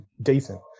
decent